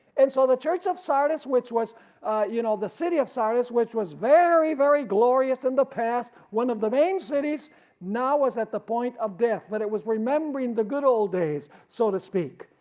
and so the church of sardis which was you know the city of sardis which was very, very glorious in the past, one of the main cities now is at the point of death, but it was remembering the good old days sort of speak,